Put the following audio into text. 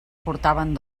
portaven